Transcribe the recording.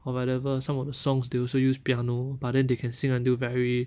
or whatever some of the songs they also use piano but then they can sing until very